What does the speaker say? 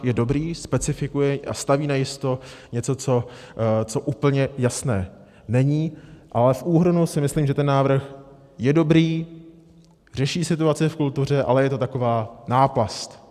Je dobrý, specifikuje a staví najisto něco, co úplně jasné není, ale v úhrnu si myslím, že ten návrh je dobrý, řeší situace v kultuře, ale je to taková náplast.